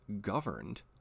governed